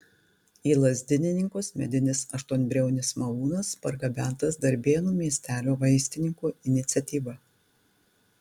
į lazdininkus medinis aštuonbriaunis malūnas pargabentas darbėnų miestelio vaistininko iniciatyva